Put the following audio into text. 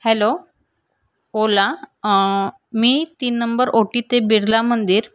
hello Ola मी तीन number OT ते बिर्ला मंदिर